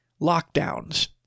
lockdowns